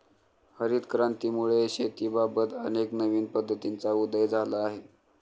हरित क्रांतीमुळे शेतीबाबत अनेक नवीन पद्धतींचा उदय झाला आहे